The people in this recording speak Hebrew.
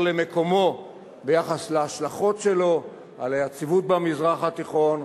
מקומו ביחס להשלכות שלו על היציבות במזרח התיכון,